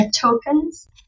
tokens